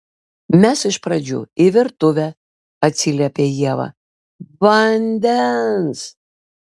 mes iš pradžių į virtuvę atsiliepia ieva vandens